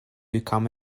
become